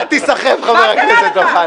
אל תיסחף, חבר הכנסת אוחנה.